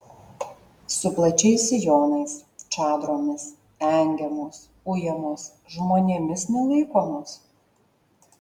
su plačiais sijonais čadromis engiamos ujamos žmonėmis nelaikomos